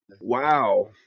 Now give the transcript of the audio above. wow